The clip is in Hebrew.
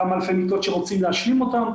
כמה אלפי מיטות שרוצים להשלים אותם,